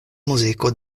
muziko